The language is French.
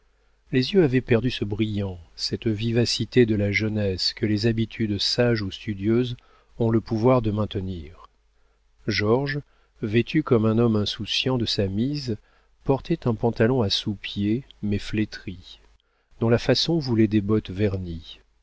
les yeux avaient perdu ce brillant cette vivacité de la jeunesse que les habitudes sages ou studieuses ont le pouvoir de maintenir georges vêtu comme un homme insouciant de sa mise portait un pantalon à sous-pieds mais flétri dont la façon voulait des bottes vernies